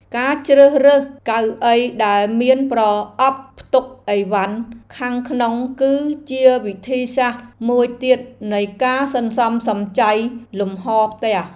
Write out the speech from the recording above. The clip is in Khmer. ការជ្រើសរើសកៅអីដែលមានប្រអប់ផ្ទុកឥវ៉ាន់ខាងក្នុងគឺជាវិធីសាស្ត្រមួយទៀតនៃការសន្សំសំចៃលំហរផ្ទះ។